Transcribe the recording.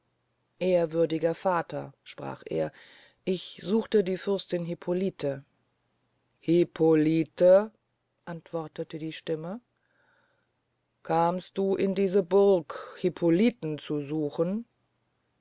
ehrwürdiger vater sprach er ich suchte die fürstin hippolite hippolite antwortete die stimme kamst du in diese burg hippoliten zu suchen